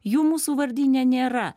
jų mūsų vardyne nėra